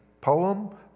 poem